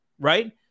right